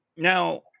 Now